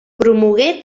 promogué